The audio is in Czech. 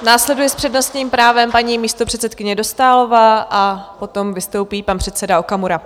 Následuje s přednostním právem paní místopředsedkyně Dostálová a potom vystoupí pan předseda Okamura.